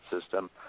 system